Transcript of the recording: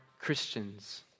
Christians